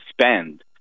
spend